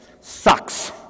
sucks